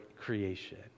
creation